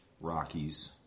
Rockies